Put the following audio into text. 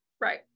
right